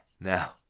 Now